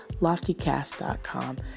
LoftyCast.com